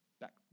back